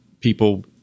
People